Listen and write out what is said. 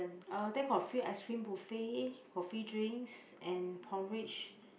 uh then got a free ice cream buffet got free drinks and porridge